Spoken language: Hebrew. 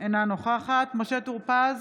אינה נוכחת משה טור פז,